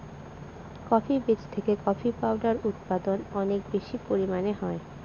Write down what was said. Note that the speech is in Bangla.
কফি বীজ থেকে কফি পাউডার উৎপাদন অনেক বেশি পরিমানে হয়